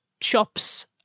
shops